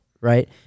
right